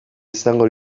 izango